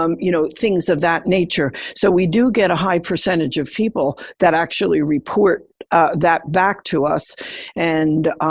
um you know, things of that nature. so we do get a high percentage of people that actually report that back to us and,